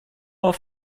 auf